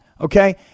okay